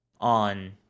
on